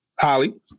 Holly